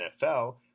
NFL